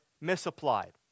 misapplied